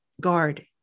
guard